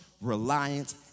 reliance